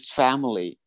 family